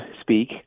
speak